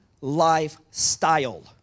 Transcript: lifestyle